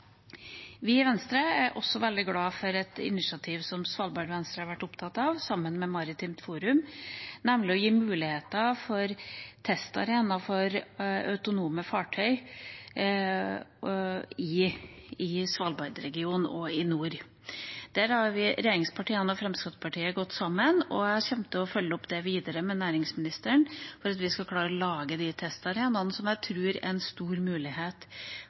Vi i Venstre er også veldig glad for et initiativ som Svalbard Venstre har vært opptatt av, sammen med Maritimt Forum, nemlig å gi muligheter for testarenaer for autonome fartøy i Svalbard-regionen og i nord. Der har regjeringspartiene og Fremskrittspartiet gått sammen, og jeg kommer til å følge det opp videre med næringsministeren, for at vi skal klare å lage de testarenaene, som jeg tror er en stor mulighet